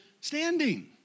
standing